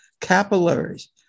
capillaries